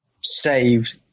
saved